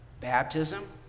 Baptism